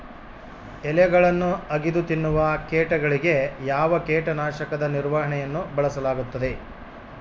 ಎಲೆಗಳನ್ನು ಅಗಿದು ತಿನ್ನುವ ಕೇಟಗಳಿಗೆ ಯಾವ ಕೇಟನಾಶಕದ ನಿರ್ವಹಣೆಯನ್ನು ಬಳಸಲಾಗುತ್ತದೆ?